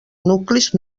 nuclis